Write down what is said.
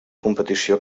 competició